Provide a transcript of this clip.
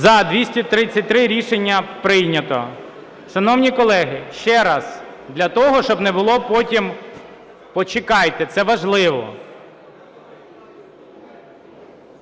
За-233 Рішення прийнято. Шановні колеги, ще раз, для того, щоб не було потім… Почекайте, це важливо.